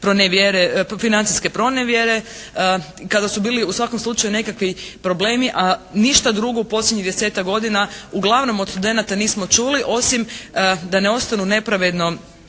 financijske pronevjere. Kada su bili u svakom slučaju nekakvi problemi a ništa drugo u posljednjih desetak godina uglavnom od studenata nismo čuli osim da ne ostanu nepravedno